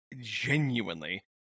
genuinely